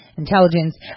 intelligence